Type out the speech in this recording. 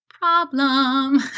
Problem